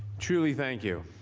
truly thank you.